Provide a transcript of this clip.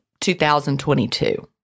2022